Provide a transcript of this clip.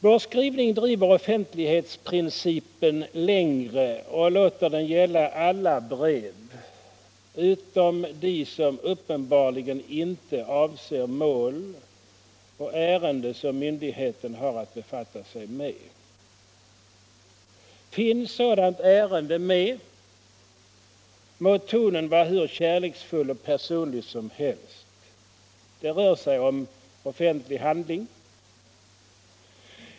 Vår skrivning driver offentlighetsprincipen längre och låter den gälla alla brev utom de som uppenbarligen inte avser mål och ärende som myndigheten-har att befatta sig med. Är det ett myndighetsärende, må tonen vara hur kärleksfull och personlig som helst — det rör sig ändå om offentlig handling.